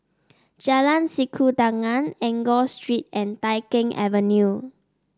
Jalan Sikudangan Enggor Street and Tai Keng Avenue